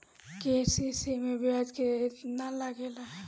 KCC मै ब्याज केतनि लागेला?